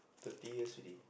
thirty years already